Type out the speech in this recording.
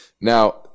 Now